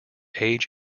age